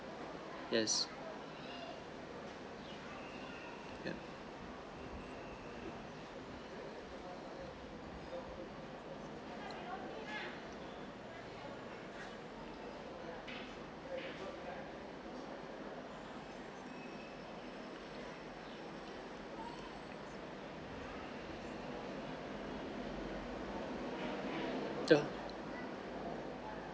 yes yup the